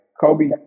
Kobe